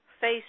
face